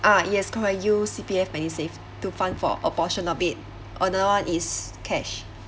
ah yes correct use C_P_F medisave to fund for a portion of it another one is cash